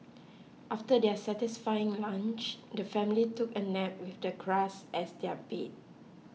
after their satisfying lunch the family took a nap with the grass as their bed